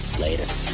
later